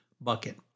bucket